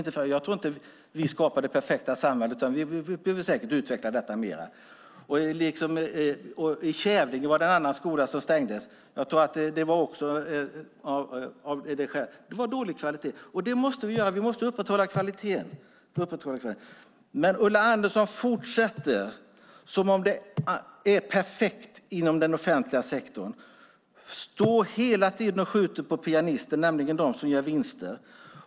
Jag tror inte att vi skapat det perfekta samhället, utan det behöver säkert utvecklas mer. I Kävlinge har en annan skola stängts. Jag tror att skälet också där var dålig kvalitet. Vi måste upprätthålla kvaliteten. Men Ulla Andersson fortsätter som vore det perfekt inom den offentliga sektorn. Hela tiden skjuter hon på pianisten, på den som gör vinster.